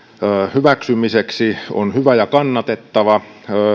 hyväksymiseksi on hyvä ja kannatettava